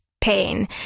pain